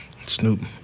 Snoop